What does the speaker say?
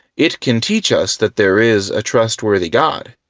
it can teach us that there is a trustworthy god,